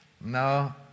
No